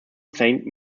saint